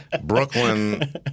Brooklyn